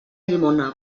llimona